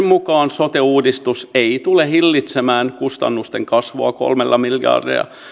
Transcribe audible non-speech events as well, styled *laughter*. *unintelligible* mukaan sote uudistus ei tule hillitsemään kustannusten kasvua kolmella miljardilla